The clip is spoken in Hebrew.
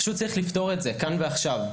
פשוט צריך לפתור את זה כאן ועכשיו.